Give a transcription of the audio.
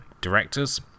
directors